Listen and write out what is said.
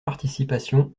participation